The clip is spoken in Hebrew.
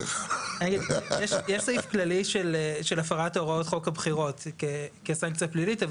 יש סעיף כללי של הפרת הוראות חוק הבחירות כסנקציה פלילית,